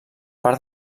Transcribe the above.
part